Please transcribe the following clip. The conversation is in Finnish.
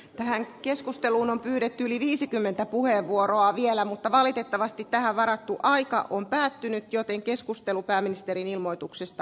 tähän keskusteluun on pyydetty yli viisikymmentä puheenvuoroa vielä mutta valitettavasti tähän varattu aika on päättynyt joten keskustelu pääministerin ilmoituksesta